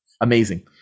amazing